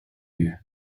you